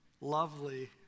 Lovely